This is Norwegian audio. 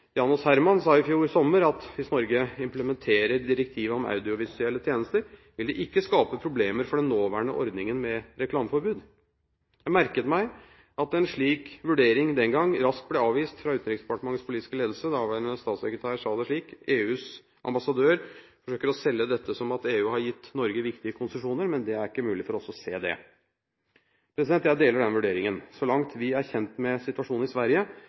Herman, sa i fjor sommer at «hvis Norge implementerer direktivet om audiovisuelle tjenester, vil det ikke skape problemer for den nåværende ordningen med reklameforbud». Jeg merket meg at en slik vurdering den gang raskt ble avvist av Utenriksdepartementet politiske ledelse. Daværende statssekretær Lahnstein sa det slik: «EUs ambassadør forsøker å selge dette som at EU har gitt Norge viktige konsesjoner. Men det er ikke mulig for oss å se det.» Jeg deler den vurderingen. Så langt vi er kjent med situasjonen i Sverige,